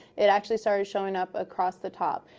it actually started showing up across the top.